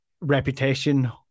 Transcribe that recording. reputation